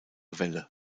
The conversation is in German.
welle